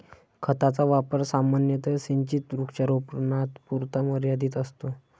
खताचा वापर सामान्यतः सिंचित वृक्षारोपणापुरता मर्यादित असतो